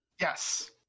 Yes